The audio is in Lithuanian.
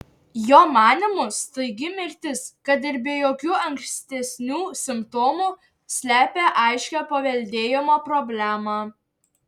jo manymu staigi mirtis kad ir be jokių ankstesnių simptomų slepia aiškią paveldėjimo problemą